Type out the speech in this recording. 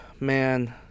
Man